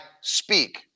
speak